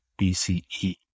BCE